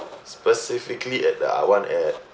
specifically at the uh one at